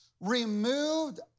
removed